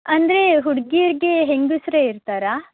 ಅಂದರೆ ಹುಡುಗಿಯರಿಗೆ ಹೆಂಗಸರೇ ಇರ್ತಾರಾ